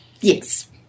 Yes